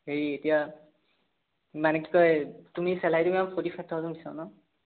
হেৰি এতিয়া মানে কি কয় তুমি চেলাৰীটো কিমান ফ'ৰ্টি ফাইভ থাউজেণ্ড বিচৰা ন